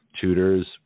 tutors